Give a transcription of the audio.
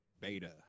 Beta